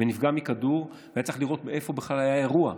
ונפגע מכדור והיה צריך לראות מאיפה בכלל היה אירוע.